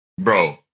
Bro